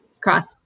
cross